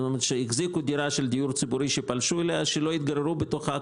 שהחזיקו דירה של דיור ציבורי שהם פלשו אליה ולא התגוררו בתוכה,